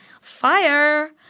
fire